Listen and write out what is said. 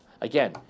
Again